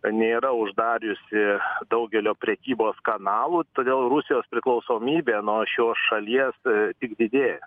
nėra uždariusi daugelio prekybos kanalų todėl rusijos priklausomybė nuo šios šalies tik didėja